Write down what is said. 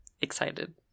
excited